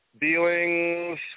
dealings